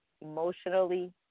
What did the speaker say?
emotionally